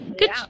Good